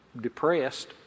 depressed